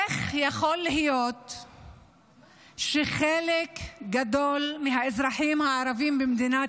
איך יכול להיות שלחלק גדול מהאזרחים הערבים במדינת